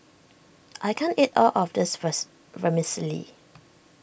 I can't eat all of this verse Vermicelli